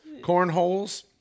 cornholes